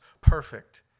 perfect